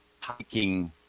hiking